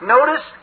Notice